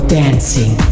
dancing